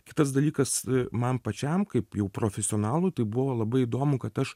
kitas dalykas man pačiam kaip jau profesionalui tai buvo labai įdomu kad aš